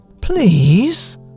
Please